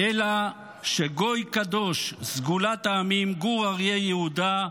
אלא שגוי קדוש, סגולת העמים, גור אריה יהודה,